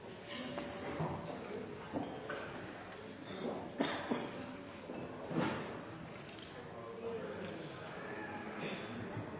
så